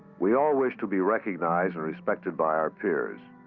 we all wish to be recognized and respected by our peers.